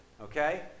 Okay